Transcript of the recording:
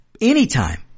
Anytime